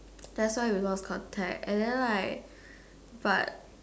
that's why we lost contact and then right but